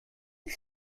que